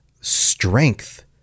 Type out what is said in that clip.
strength